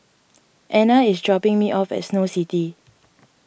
Ana is dropping me off at Snow City